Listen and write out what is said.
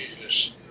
Jesus